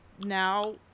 now